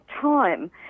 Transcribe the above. time